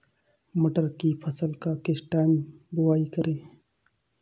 मटर की फसल का किस टाइम बुवाई करें?